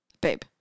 Babe